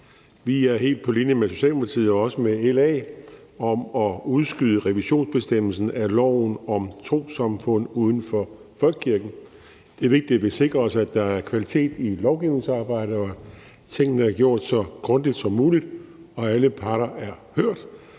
Vi er helt på linje med Socialdemokratiet og også med LA i forhold til at udskyde revisionsbestemmelsen i loven om trossamfund uden for folkekirken. Det er vigtigt, at vi sikrer os, at der er kvalitet i lovgivningsarbejdet, at tingene er gjort så grundigt som muligt, og at alle parter er hørt.